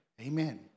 Amen